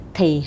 Thì